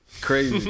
Crazy